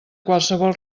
qualsevol